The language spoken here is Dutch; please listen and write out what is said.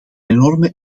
enorme